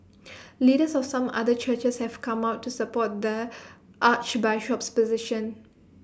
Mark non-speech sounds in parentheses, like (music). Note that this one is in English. (noise) leaders of some other churches have come out to support the Archbishop's position